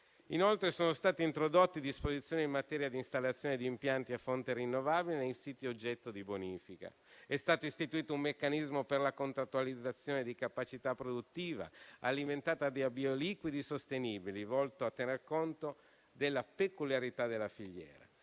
Inoltre, sono state introdotte disposizioni in materia di installazione di impianti a fonte rinnovabile in siti oggetto di bonifica. È stato istituito un meccanismo per la contrattualizzazione di capacità produttiva alimentata da bioliquidi sostenibili, volto a tener conto della peculiarità della filiera.